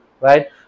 right